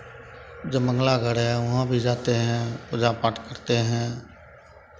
जयमंगला गढ़ है वहाँ भी जाते हैं पूजा पाठ करते हैं